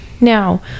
Now